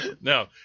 No